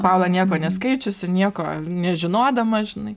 paula nieko neskaičiusi nieko nežinodama žinai